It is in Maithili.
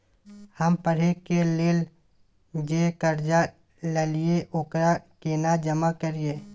हम पढ़े के लेल जे कर्जा ललिये ओकरा केना जमा करिए?